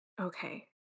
Okay